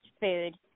food